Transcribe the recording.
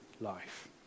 life